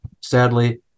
sadly